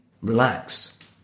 relaxed